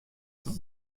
fan